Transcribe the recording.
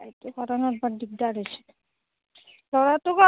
এইটো বৰ দিগদাৰ হৈছে ল'ৰাটো